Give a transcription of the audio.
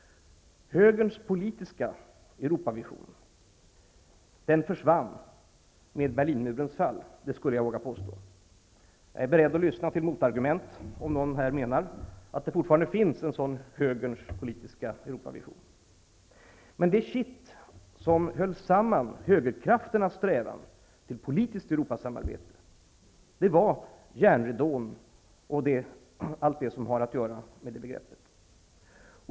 Högerns politiska Europavision försvann med Berlinmurens fall -- det skulle jag våga påstå. Jag är beredd att lyssna till motargument, om någon här menar att det fortfarande finns en sådan högerns politiska Europavision. Men det kitt som höll samman högerkrafternas strävan till politiskt Europasamarbete var järnridån och allt som har att göra med det begreppet.